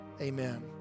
Amen